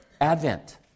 Advent